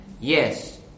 yes